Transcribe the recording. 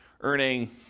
earning